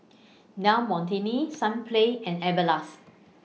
Del Monte Sunplay and Everlast